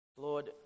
Lord